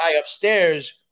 upstairs